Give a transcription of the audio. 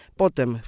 potem